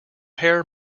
hair